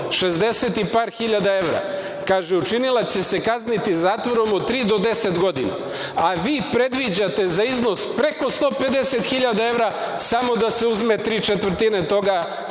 60 i par hiljada evra. Kaže, učinilac će se kazniti zatvorom od 3 do 10 godina, a vi predviđate za iznos preko 150 hiljada evra, samo da se uzme tri četvrtine toga, što je